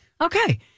Okay